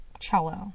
cello